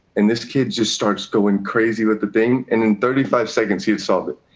and this kid just starts going crazy with the thing. and in thirty five seconds, he had solved it.